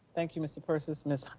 thank you, mr. persis, ms. ah